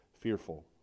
fearful